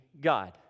God